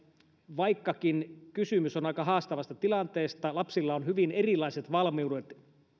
vaikkakin kysymys on aika haastavasta tilanteesta ja lapsilla on hyvin erilaiset valmiudet